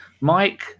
Mike